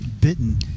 bitten